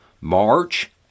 March